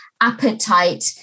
appetite